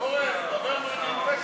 אורן, דבר מהמרפסת,